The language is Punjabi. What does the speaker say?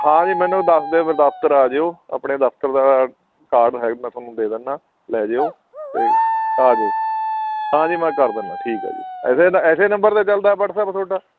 ਹਾਂ ਜੀ ਮੈਨੂੰ ਦੱਸ ਦਿਓ ਫਿਰ ਦਫਤਰ ਆ ਜਿਓ ਆਪਣੇ ਦਫਤਰ ਦਾ ਕਾਰਡ ਹੈ ਮੈਂ ਤੁਹਾਨੂੰ ਦੇ ਦਿੰਦਾ ਲੈ ਜਿਓ ਅਤੇ ਆ ਜਿਓ ਹਾਂ ਜੀ ਮੈਂ ਕਰ ਦਿੰਨਾਂ ਠੀਕ ਆ ਜੀ ਐਸੇ ਐਸੇ ਨੰਬਰ 'ਤੇ ਚਲਦਾ ਵੱਟਸਐਪ ਤੁਹਾਡਾ